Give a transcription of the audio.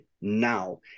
now